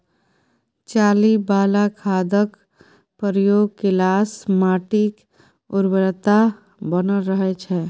चाली बला खादक प्रयोग केलासँ माटिक उर्वरता बनल रहय छै